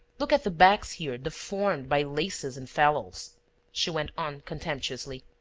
look at the backs here deformed by laces and fallals she went on contemptuously.